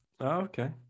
okay